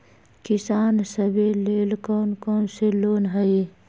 किसान सवे लेल कौन कौन से लोने हई?